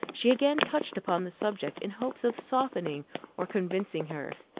she again touched upon the subject, in hopes of softening or convincing her.